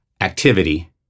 activity